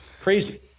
Crazy